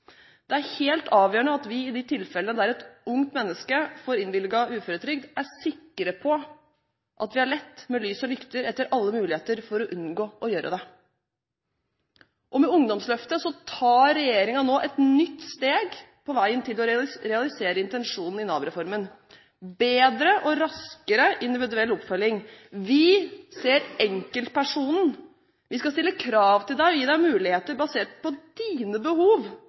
Det er helt avgjørende at vi i de tilfellene der et ungt menneske får innvilget uføretrygd, er sikre på at det er lett med lys og lykte etter alle muligheter for å unngå dette. Med Ungdomsløftet tar regjeringen nå et nytt steg på veien til å realisere intensjonen i Nav-reformen: bedre og raskere individuell oppfølging. Vi ser enkeltpersonen, vi skal stille krav til deg og gi deg muligheter basert på dine behov